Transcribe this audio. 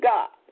God